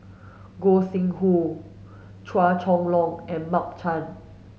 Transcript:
Gog Sing Hooi Chua Chong Long and Mark Chan